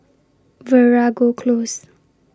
Veeragoo Close